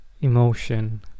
emotion